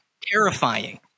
terrifying